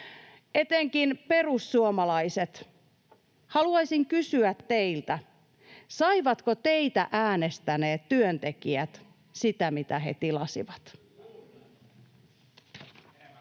Etenkin perussuomalaiset, haluaisin kysyä teiltä, saivatko teitä äänestäneet työntekijät sitä, mitä he tilasivat.